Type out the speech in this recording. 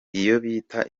bita